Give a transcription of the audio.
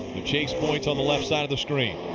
the chase points on the left side of the screen.